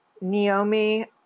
Naomi